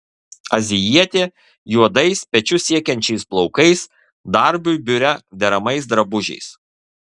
azijietė juodais pečius siekiančiais plaukais darbui biure deramais drabužiais